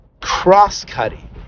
cross-cutting